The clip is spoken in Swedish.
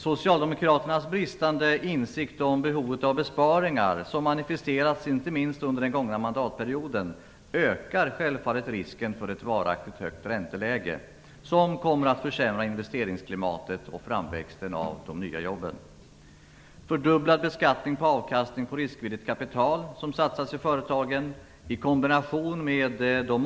Socialdemokraternas bristande insikt om behovet av besparingar, som inte minst manifesterats under den gångna mandatperioden, ökar självfallet risken för ett varaktigt högt ränteläge, vilket kommer att försämra investeringsklimatet och framväxten av nya jobb.